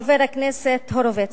חבר הכנסת הורוביץ,